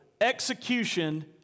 execution